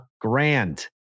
grand